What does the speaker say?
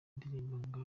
ndirimbo